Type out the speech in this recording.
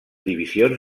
divisions